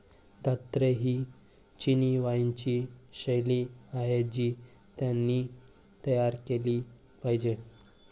द्राक्षे ही चिनी वाइनची शैली आहे जी त्यांनी तयार केली पाहिजे